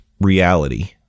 reality